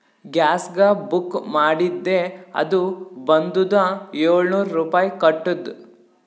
ಗ್ಯಾಸ್ಗ book ಮಾಡಿದ್ದೆ ಅದು ಬಂದುದ ಏಳ್ನೂರ್ ರುಪಾಯಿ ಕಟ್ಟುದ್